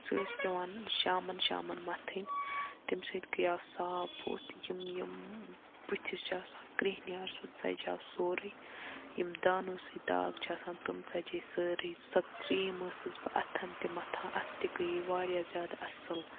سۄ ٲس پیٚوان شامَن شامَن مَتھٕنۍ تمہِ سۭتۍ گٔیے صاف بُتھ یِم یِم بٕتھِس چھِ آسان کرٛہنیار سُہ ژَجاو سورُے یِم دانو سۭتۍ داغ چھِ آسان تم ژَجے سٲرٕے سۄ کریٖم ٲسٕس بہٕ اَتھَن تہِ مَتھا اَتھِ تہِ گٔیے واریاہ زیادٕ اصل